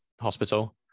Hospital